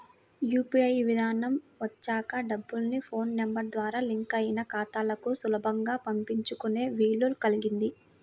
UPI విధానం వచ్చాక డబ్బుల్ని ఫోన్ నెంబర్ ద్వారా లింక్ అయిన ఖాతాలకు సులభంగా పంపించుకునే వీలు కల్గింది